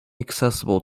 accessible